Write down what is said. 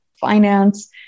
finance